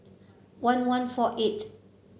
one one four eight